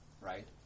right